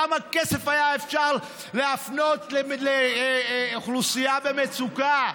כמה כסף אפשר היה להפנות לאוכלוסייה במצוקה?